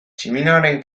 tximinoaren